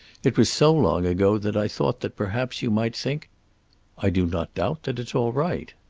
it was so long ago that i thought that perhaps you might think i do not doubt that it's all right.